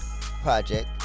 project